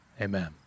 Amen